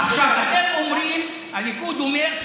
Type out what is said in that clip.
עכשיו אתם אומרים, הליכוד אומר,